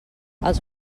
els